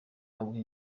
baguha